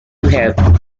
have